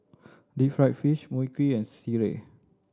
deep fried fish Mui Kee and sireh